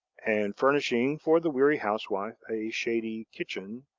and furnishing for the weary housewife a shady kitchen,